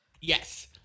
Yes